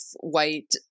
white